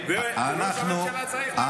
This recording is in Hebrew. ראש הממשלה צריך להחליט.